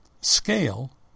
scale